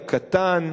הקטן,